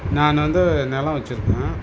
நான் வந்து நிலம் வச்சுருக்கேன்